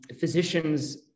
physicians